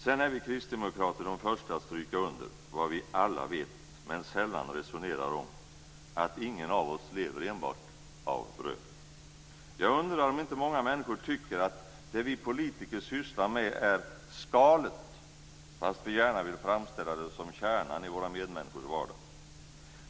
Sedan är vi kristdemokrater de första att stryka under vad vi alla vet, men sällan resonerar om, att ingen av oss lever enbart av bröd. Jag undrar om inte många människor tycker att det vi politiker sysslar med är skalet, fast vi gärna vill framställa det som kärnan i våra medmänniskors vardag.